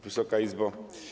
Wysoka Izbo!